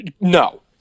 no